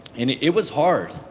and it it was hard.